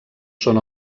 són